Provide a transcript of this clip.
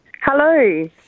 Hello